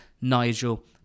Nigel